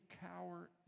cower